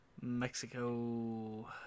Mexico